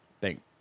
Thank